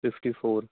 fifty four